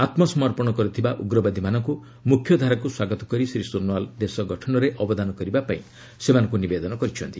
ଆତ୍ମସମର୍ପଣ କରିଥିବା ଉଗ୍ରବାଦୀମାନଙ୍କୁ ମୁଖ୍ୟଧାରାକୁ ସ୍ୱାଗତ କରି ଶ୍ରୀ ସୋନୱାଲ ଦେଶଗଠନରେ ଅବଦାନ କରିବାକ୍ର ସେମାନଙ୍କ ନିବେଦନ କରିଛନ୍ତି